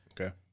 Okay